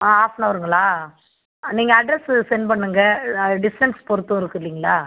ஆ half நவருங்களா நீங்கள் address send பண்ணுங்கள் டிஸ்டன்ஸ் பொறுத்து இருக்கு இல்லைங்களா